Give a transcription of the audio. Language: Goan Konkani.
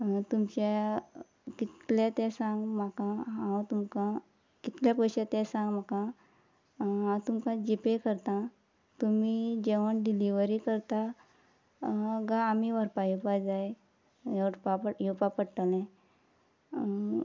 तुमच्या कितले ते सांग म्हाका हांव तुमकां कितले पयशे ते सांग म्हाका हांव तुमकां जिपे करतां तुमी जेवण डिलिव्हरी करता काय आमी व्हरपा येवपा जाय व्हरपा पड येवपा पडटलें